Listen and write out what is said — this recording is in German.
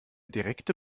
direkte